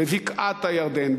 בבקעת-הירדן,